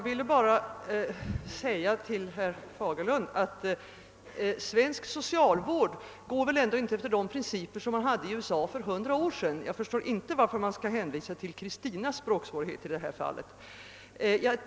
Herr talman! Svensk socialvård följer väl inte, herr Fagerlund, samma principer som i USA för 100 år sedan? Jag förstår därför inte varför man hänvisar till Kristinas språksvårigheter i detta sammanhang.